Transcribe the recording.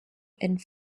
and